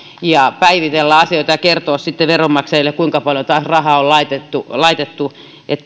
ja päivitellä asioita ja kertoa sitten veronmaksajille kuinka paljon taas rahaa on laitettu laitettu